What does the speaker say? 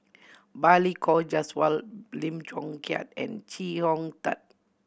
Balli Kaur Jaswal Lim Chong Keat and Chee Hong Tat